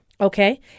Okay